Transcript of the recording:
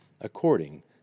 according